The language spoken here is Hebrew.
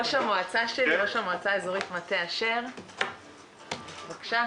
המועצה האזורית מטה אשר רוצה לברך בזום, בבקשה.